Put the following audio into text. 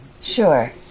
Sure